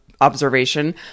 observation